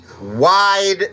wide